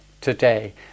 today